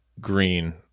Green